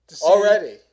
Already